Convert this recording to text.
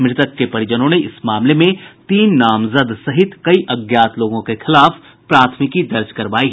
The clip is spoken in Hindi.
मृतक के परिजनों ने इस मामले में तीन नामजद सहित कई अज्ञात लोगों के खिलाफ प्राथमिकी दर्ज करवाई है